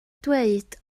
dweud